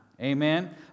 Amen